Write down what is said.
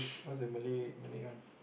what's the Malay Malay one